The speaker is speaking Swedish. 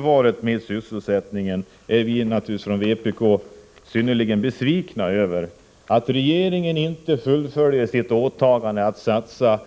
Vi inom vpk är naturligtvis synnerligen besvikna över att regeringen inte fullföljer sitt åtagande att satsa